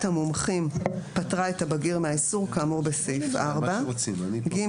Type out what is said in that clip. המומחים פטרה את הבגיר מהאיסור כאמור בסעיף 4. (ג)